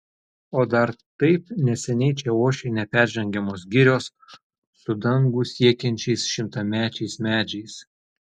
o dar taip neseniai čia ošė neperžengiamos girios su dangų siekiančiais šimtamečiais medžiais